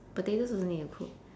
potatoes also need to cook